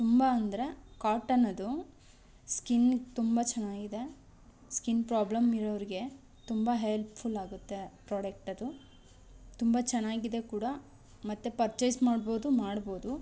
ತುಂಬ ಅಂದರೆ ಕಾಟನ್ ಅದು ಸ್ಕಿನ್ನಗೆ ತುಂಬ ಚೆನ್ನಾಗಿದೆ ಸ್ಕಿನ್ ಪ್ರಾಬ್ಲಮ್ ಇರೋರಿಗೆ ತುಂಬ ಹೆಲ್ಪ್ಫುಲ್ ಆಗುತ್ತೆ ಪ್ರಾಡಕ್ಟ್ ಅದು ತುಂಬ ಚೆನ್ನಾಗಿದೆ ಕೂಡ ಮತ್ತು ಪರ್ಚೆಸ್ ಮಾಡ್ಬೋದು ಮಾಡ್ಬೋದು